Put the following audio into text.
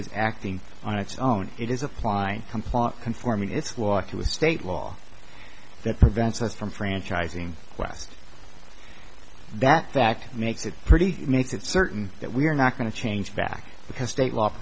is acting on its own it is applying compliant conforming its law to a state law that prevents us from franchising west that fact makes it pretty makes it certain that we're not going to change back because